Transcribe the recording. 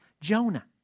Jonah